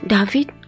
David